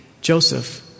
Joseph